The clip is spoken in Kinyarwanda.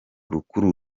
rukuru